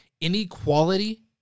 inequality